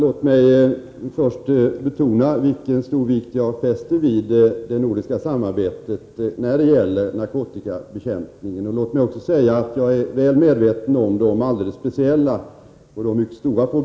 Herr talman! Jag måste säga att justitieministerns svar var något oklart. Innebar det att man under hösten skall pröva nya former?